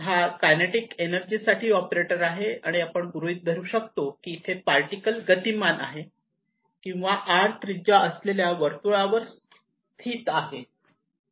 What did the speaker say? हा kinetic energy साठी operator आहे आणि आपण गृहीत धरू शकतो की इथे पार्टिकल गतिमान आहे किंवा r त्रिज्या असलेल्या वर्तुळावर स्थित आहे